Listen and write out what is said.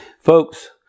Folks